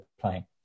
playing